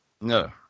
No